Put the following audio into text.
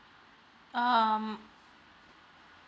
um